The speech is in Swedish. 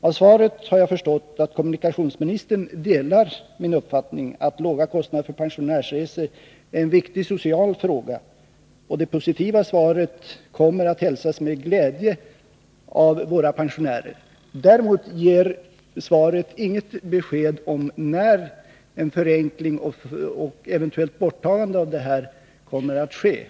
Av svaret har jag förstått att kommunikationsministern delar min uppfattning att låga kostnader för pensionärsresor är en viktig social fråga. Det positiva svaret kommer att hälsas med glädje av våra pensionärer. Svaret ger emellertid inte något besked om när en förenkling eller ett eventuellt upphävande av nuvarande regler kommer att ske.